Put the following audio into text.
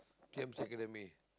t_n_c academy